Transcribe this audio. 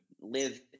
live